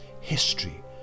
history